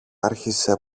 άρχισε